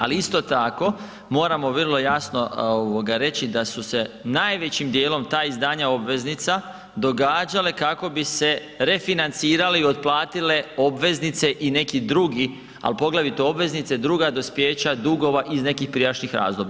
Ali isto tako moramo vrlo jasno reći da su se najvećim dijelom ta izdanja obveznica događale kako bi se refinancirali otplatile obveznice i neki drugi, ali poglavito obveznice druga dospijeća dugova iz nekih prijašnjih razdoblja.